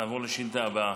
נעבור לשאילתה הבאה,